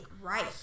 right